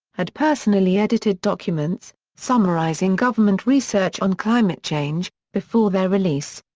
had personally edited documents, summarizing government research on climate change, before their release.